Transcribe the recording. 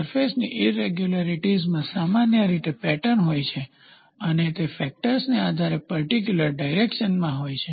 સરફેસની ઈરેગ્યુલારીટીઝ માં સામાન્ય રીતે પેટર્ન હોય છે અને તે ફેક્ટર્સને આધારે પર્ટીક્યુલર ડાયરેકશન માં હોય છે